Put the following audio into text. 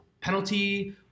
penalty